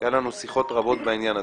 שהיו לנו שיחות רבות בעניין הזה.